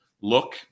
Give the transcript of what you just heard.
Look